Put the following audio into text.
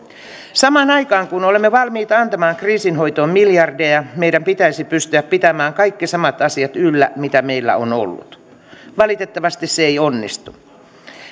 samaan aikaan kun olemme valmiita antamaan kriisin hoitoon miljardeja meidän pitäisi pystyä pitämään yllä kaikki samat asiat kuin mitä meillä on ollut valitettavasti se ei onnistu